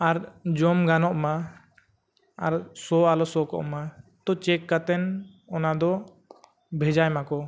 ᱟᱨ ᱡᱚᱢ ᱜᱟᱱᱚᱜᱢᱟ ᱟᱨ ᱥᱚ ᱟᱞᱚ ᱥᱚ ᱠᱚᱜᱢᱟ ᱛᱚ ᱪᱮᱠ ᱠᱟᱛᱮᱫ ᱚᱱᱟ ᱫᱚ ᱵᱷᱮᱡᱟᱭ ᱢᱟᱠᱚ